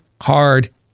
hard